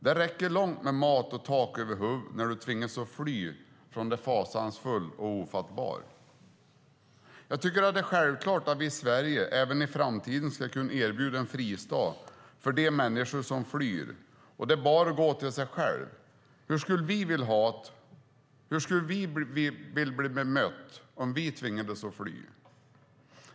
Det räcker långt med mat och tak över huvudet när du tvingas att fly från det fasansfulla och ofattbara. Jag tycker att det är självklart att vi i Sverige även i framtiden ska kunna erbjuda en fristad för de människor som flyr. Det är bara att gå till sig själv: Hur skulle vi vilja ha det? Hur skulle vi vilja bli bemötta om vi tvingades att fly?